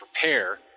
prepare